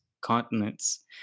continents